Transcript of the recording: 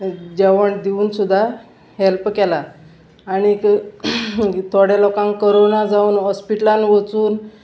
जेवण दिवून सुद्दां हेल्प केलां आणीक थोडे लोकांक कोरोना जावन हॉस्पिटलान वचून